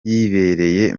yibereye